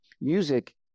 music